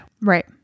right